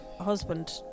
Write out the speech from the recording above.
husband